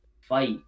fight